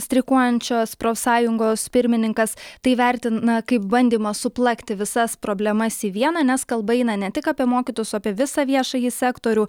streikuojančios profsąjungos pirmininkas tai vertina kaip bandymą suplakti visas problemas į vieną nes kalba eina ne tik apie mokytojus apie visą viešąjį sektorių